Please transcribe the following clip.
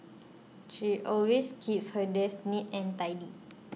she always keeps her desk neat and tidy